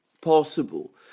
possible